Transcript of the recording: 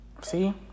See